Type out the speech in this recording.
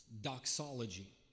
doxology